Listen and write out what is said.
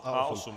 A8.